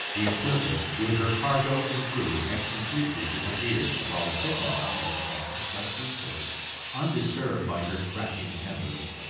the ecliptic, with her cargo and crew, had completely disappeared, while the signalman, near at hand, slept peacefully undisturbed by her crashing timbers,